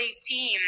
team